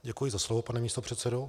Děkuji za slovo, pane místopředsedo.